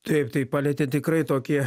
taip tai palietėt tikrai tokį